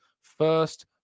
first